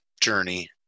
journey